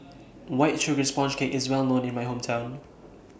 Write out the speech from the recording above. White Sugar Sponge Cake IS Well known in My Hometown